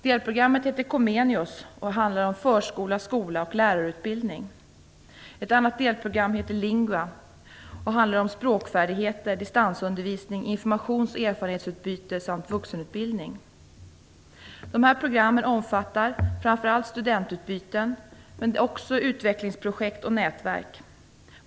Delprogrammet heter Comenius och handlar om förskola, skola och lärarutbildning. Ett annat delprogram heter Lingua och handlar om språkfärdigheter, distansundervisning, informations och erfarenhetsutbyte samt vuxenutbildning. De här programmen omfattar framför allt studentutbyten men också utvecklingsprojekt och nätverk.